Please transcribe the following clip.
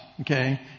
Okay